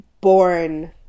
born